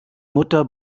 mutter